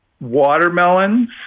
watermelons